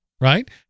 Right